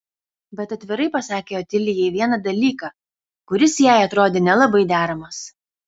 bet atvirai pasakė otilijai vieną dalyką kuris jai atrodė nelabai deramas